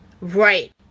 right